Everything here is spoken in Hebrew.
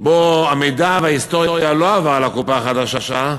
שבו המידע וההיסטוריה לא עבר לקופה החדשה,